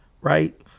right